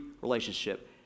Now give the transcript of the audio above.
relationship